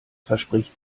verspricht